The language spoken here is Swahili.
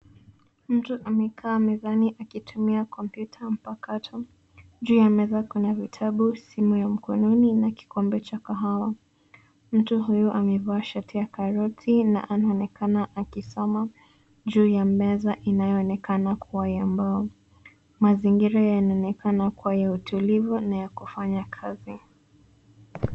Mtu amekaa mezani akitumia kompyuta mpakato. Juu ya meza kuna vitabu, simu ya mkononi na kikombe cha kahawa. Mtu huyu amevaa sharti ya karoti na anaonekana akisoma juu ya meza inayoonekana kuwa ya mbao. Mazingira yanaonekana kuwa ya utulivu na ya kufanya kazi.